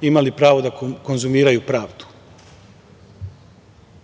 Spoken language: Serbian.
imali pravo da konzumiraju pravdu.